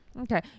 Okay